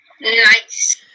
Nice